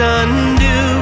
undo